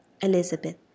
Elizabeth